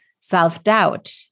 self-doubt